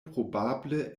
probable